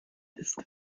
ist